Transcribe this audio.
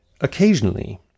Occasionally